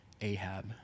Ahab